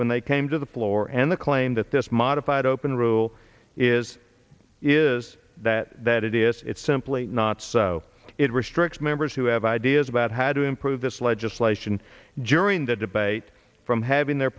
when they came to the floor and the claim that this modified open rule is is that that it is it simply not so it restricts members who have ideas about how to improve this legislation during the debate from having their